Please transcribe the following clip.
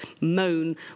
moan